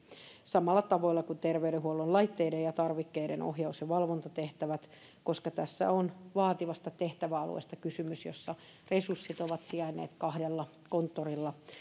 samalla tavalla kuin terveydenhuollon laitteiden ja tarvikkeiden ohjaus ja valvontatehtävät koska tässä on kysymys vaativasta tehtäväalueesta jonka resurssit ovat sijainneet kahdella konttorilla